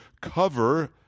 cover